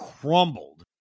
crumbled